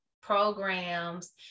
programs